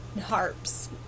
harps